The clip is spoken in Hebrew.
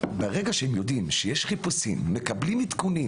ברגע שהם יודעים שיש חיפושים ומקבלים עדכונים,